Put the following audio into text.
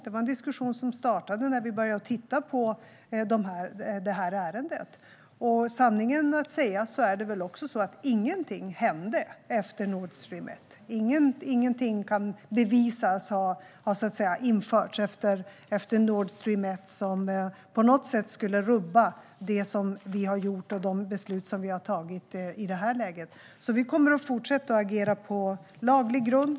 Det var en diskussion som startade när vi började titta på ärendet. Sanningen att säga är det så att ingenting hände efter Nord Stream 1. Ingenting kan bevisas ha införts efter Nord Stream 1 som på något sätt skulle rubba det som vi har gjort och de beslut som vi har fattat i det här läget. Vi kommer att fortsätta att agera på laglig grund.